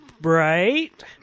bright